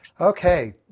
Okay